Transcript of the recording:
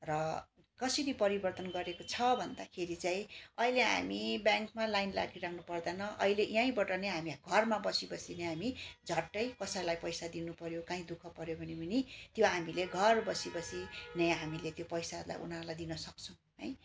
र कसरी परिवर्तन गरेको छ भन्दाखेरि चाहिँ अहिले हामी ब्याङ्कमा लाइन लागिरहनु पर्दैन अहिले यहीँबाट नै हामी घरमा बसी बसी नै हामी झट्टै कसैलाई पैसा दिनुपऱ्यो कहीँ दुःख पऱ्यो भने पनि त्यो हामीले घर बसी बसी नै हामीले त्यो पैसालाई उनीहरूलाई दिनसक्छौँ है